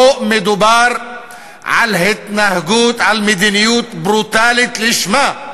פה מדובר על התנהגות, על מדיניות ברוטלית לשמה,